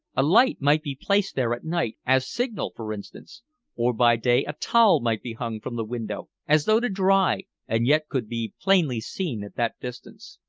a light might be placed there at night as signal, for instance or by day a towel might be hung from the window as though to dry and yet could be plainly seen at that distance.